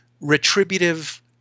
retributive